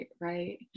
Right